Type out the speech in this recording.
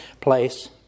place